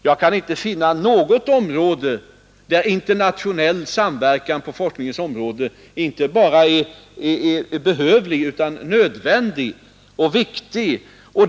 Jag kan inte finna något område där internationell forskningssamverkan är inte bara så behövlig utan så viktig och så nödvändig som här.